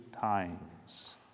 times